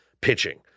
pitching